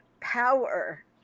power